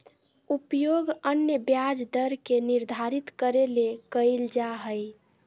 उपयोग अन्य ब्याज दर के निर्धारित करे ले कइल जा हइ